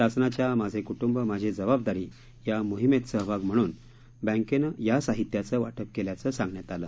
शासनाच्या माझे कुटुंब माझी जबाबदारीया मोहिमेत सहभाग म्हणून बँकेनं या साहित्याचं वाटप केल्याचं सांगण्यात आलं